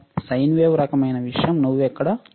sign wave రకమైన విషయం నువ్వు ఇక్కడ చూడు